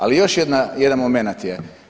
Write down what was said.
Ali još jedan momenat je.